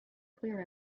clear